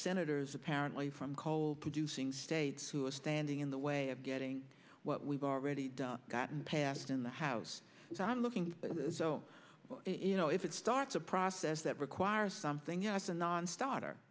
senators apparently from coal producing states who are standing in the way of getting what we've already gotten passed in the house so i'm looking so you know if it starts a process that requires something you know it's a nonstarter